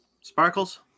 Sparkles